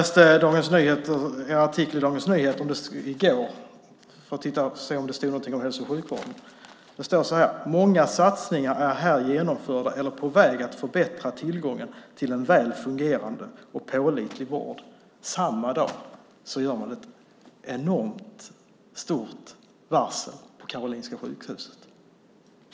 Jag läste en artikel i Dagens Nyheter i går för att se om det stod någonting om hälso och sjukvården. Det står så här: "Många satsningar är här genomförda eller på väg för att förbättra tillgången till en väl fungerande och pålitlig vård." Samma dag är det ett enormt stort varsel på Karolinska sjukhuset.